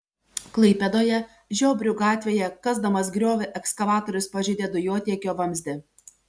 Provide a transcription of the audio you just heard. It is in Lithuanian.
klaipėdoje žiobrių gatvėje kasdamas griovį ekskavatorius pažeidė dujotiekio vamzdį